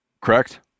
Correct